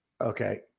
okay